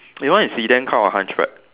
your one is sedan car or hunchback